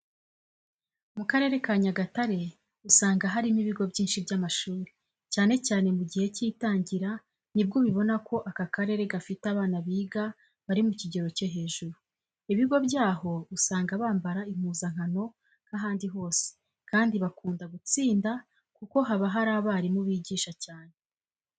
Mu karere ka Nyagatare usanga harimo ibigo byinshi by'amashuri, cyane cyane mu gihe cy'itangira nibwo ubibona ko aka karere gafite abana biga bari ku kigero cyo hejuru. Ibigo byaho usanga bambara impuzankano nk'ahandi hose kandi bakunda gutsinda kuko haba hari abarimu bigisha cyane.